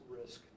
risk